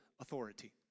authority